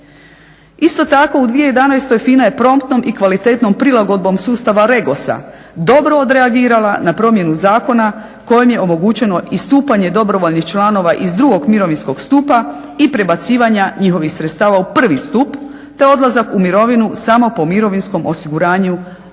Isto tako u 2011. FINA je promptnom i kvalitetnom prilagodbom sustava REGOS-a dobro odreagirala na promjenu zakona kojim je omogućeno istupanje dobrovoljnih članova iz drugog mirovinskog stupa i prebacivanja njihovih sredstava u prvi stup, te odlazak u mirovinu samo po mirovinskom osiguranju s naslova